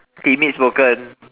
timid spoken